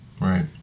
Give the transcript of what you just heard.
Right